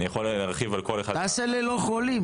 אני יכול להרחיב על כל אחד מה --- תעשה ללא חולים,